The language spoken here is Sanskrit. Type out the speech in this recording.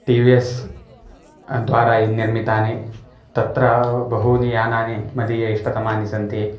टि वि एस् द्वारा यद् निर्मितानि तत्र बहूनि यानानि मदीय इष्टतमानि सन्ति